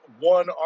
one